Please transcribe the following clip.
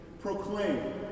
Proclaim